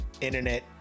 internet